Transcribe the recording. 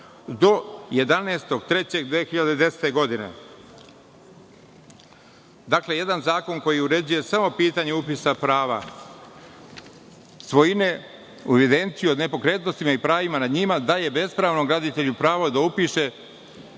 do 11.3.2010. godine. Dakle jedan zakon koji uređuje samo pitanje upisa prava svojine u evidenciju o nepokretnostima i pravima nad njima daje bespravnom graditelju pravo da upiše